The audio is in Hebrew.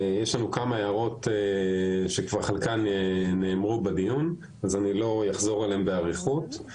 יש לנו כמה הערות שכבר חלקן נאמרו בדיון ואני לא אחזור עליהם באריכות.